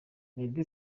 meddy